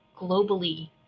globally